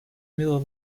middle